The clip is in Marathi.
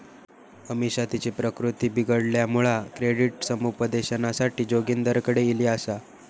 अमिषा तिची प्रकृती बिघडल्यामुळा क्रेडिट समुपदेशनासाठी जोगिंदरकडे ईली आसा